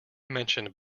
mentioned